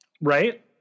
right